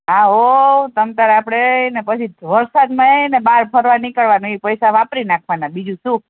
હા હોવ તમ તારે આપણે એય ને પછી વરસાદમાં એય ને બહાર ફરવા નીકળવાનું એ પૈસા વાપરી નાખવાના બીજું શું